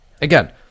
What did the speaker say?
Again